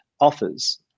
offers